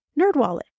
NerdWallet